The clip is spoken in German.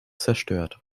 zerstört